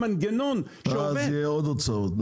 ואז יהיו עוד הוצאות.